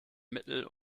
mittel